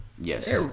Yes